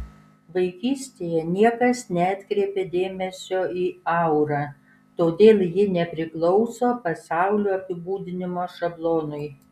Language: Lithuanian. vaikystėje niekas neatkreipė dėmesio į aurą todėl ji nepriklauso pasaulio apibūdinimo šablonui